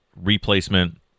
replacement